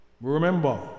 Remember